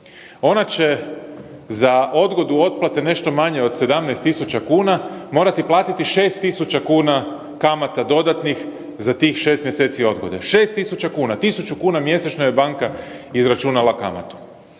Ona će za odgodu otplate nešto manje od 17 tisuća kuna, morati platiti 6.000 kuna kamata dodatnih za tih 6 mjeseci odgode, 6.000 kuna. 1.000 kuna je mjesečno banka izračunala kamatu.